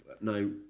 no